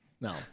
no